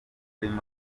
umutwe